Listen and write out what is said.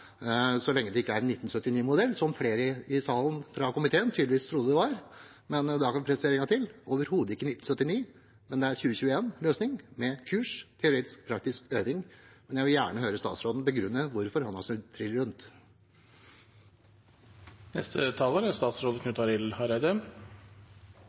så lenge det ikke er en 1979-modell, som flere i salen fra komiteen tydeligvis trodde det var. Da kan jeg presisere en gang til: Det er overhodet ikke en 1979-modell, det er en 2021-løsning, med kurs, teoretisk og praktisk øving. Jeg vil gjerne høre statsråden begrunne hvorfor han har snudd trill rundt.